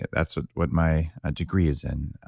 that's ah what my ah degree is in,